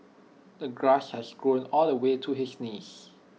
the grass has grown all the way to his knees